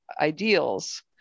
ideals